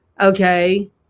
Okay